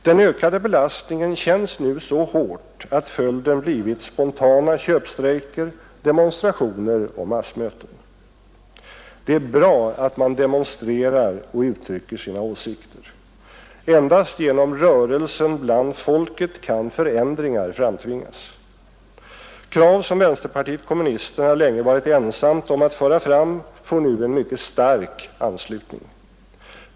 Den ökade belastningen känns nu så hårt att följden blivit spontana köpstrejker, demonstrationer och massmöten. Det är bra att man demonstrerar och uttrycker sina åsikter. Endast genom rörelsen bland folket kan förändringar framtvingas. Krav som vänsterpartiet kommunisterna länge varit ensamt om att föra fram fär nu en mycket stark anslutning.